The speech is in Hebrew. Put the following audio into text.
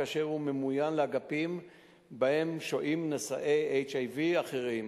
כאשר הוא ממוין לאגפים שבהם שוהים נשאי HIV אחרים.